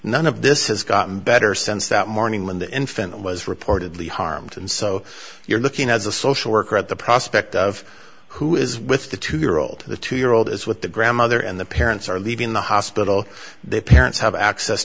none of this has gotten better since that morning when the infant was reportedly harmed and so you're looking as a social worker at the prospect of who is with the two year old the two year old is with the grandmother and the parents are leaving the hospital their parents have access